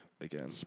again